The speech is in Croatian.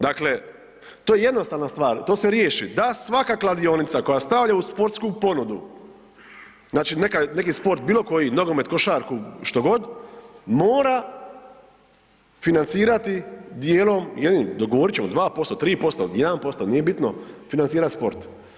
Dakle, to je jednostavna stvar, to se riješi da svaka kladionica koja stavlja u sportsku ponudu, znači neka, neki sport, bilo koji, nogomet, košarku, što god, mora financirati dijelom, jednim, dogovorit ćemo 2%, 3%, 1%, nije bitno, financirat sport.